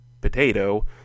potato